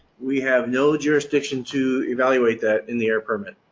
we have no jurisdiction to evaluate that in the air permit.